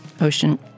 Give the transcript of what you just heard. Ocean